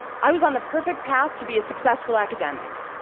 i was on the perfect path to be a successful academic.